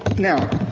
now.